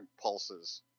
pulses